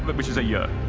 but which is a year.